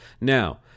Now